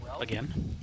again